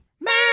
Man